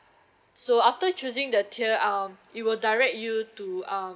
so after choosing the tier um it will direct you to um